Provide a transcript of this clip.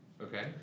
Okay